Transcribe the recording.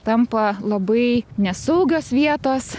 tampa labai nesaugios vietos